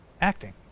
acting